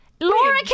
Laura